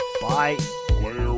bye